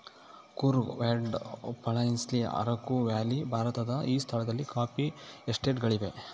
Coorg Wayanad Palani hills Araku valley ಭಾರತದ ಈ ಸ್ಥಳಗಳಲ್ಲಿ ಕಾಫಿ ಎಸ್ಟೇಟ್ ಗಳಿವೆ